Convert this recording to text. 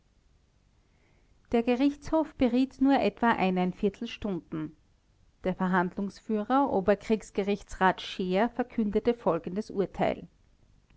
der gerichtshof beriet nur etwa stunden der verhandlungsführer oberkriegsgerichtsrat scheer verkündete folgendes urteil